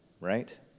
right